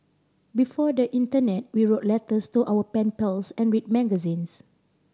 before the internet we wrote letters to our pen pals and read magazines